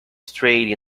straight